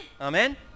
Amen